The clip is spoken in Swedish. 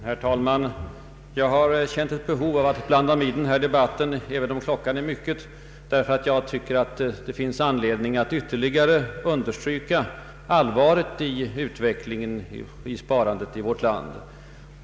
Herr talman! Jag har känt ett behov att blanda mig i denna debatt, även om klockan är mycket, därför att jag tycker att det finns anledning att ytterligare understryka allvaret i utvecklingen beträffande sparandet i vårt land.